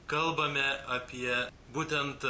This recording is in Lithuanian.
kalbame apie būtent